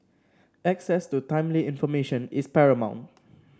access to timely information is paramount